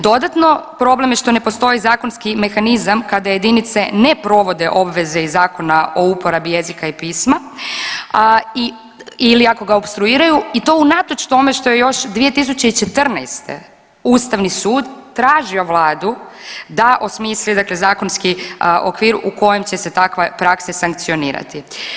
Dodatno, problem je što ne postoji zakonski mehanizam kada jedinice ne provode obveze iz zakona o uporabi jezika i pisma ili ako ga opstruiraju i to unatoč tome što je još 2014. ustavni sud tražio vladu da osmisli zakonski okvir u kojem će se takva praksa sankcionirati.